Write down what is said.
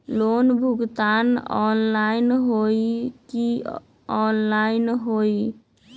Loan भुगतान online होतई कि ऑफलाइन होतई?